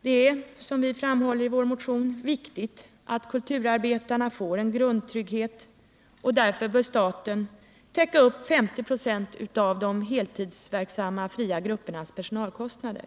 Det är, som vi framhåller i vår motion, viktigt att kulturarbetarna får en grundtrygghet. Därför bör staten täcka upp 50 96 av de heltidsverksamma fria gruppernas personalkostnader.